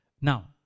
Now